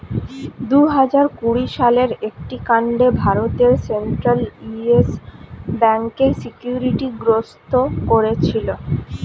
দুহাজার কুড়ি সালের একটি কাণ্ডে ভারতের সেন্ট্রাল ইয়েস ব্যাঙ্ককে সিকিউরিটি গ্রস্ত করেছিল